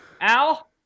Al